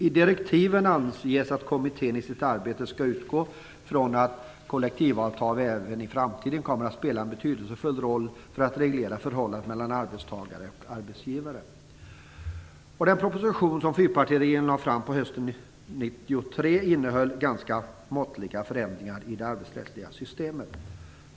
I direktiven anges att kommittén i sitt arbete skall utgå från att kollektivavtal även i framtiden kommer att spela en betydelsefull roll för att reglera förhållandet mellan arbetstagare och arbetsgivare. Den proposition som fyrpartiregeringen lade fram hösten 1993 innehöll ganska måttliga förändringar i det arbetsrättsliga systemet.